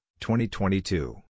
2022